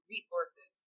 resources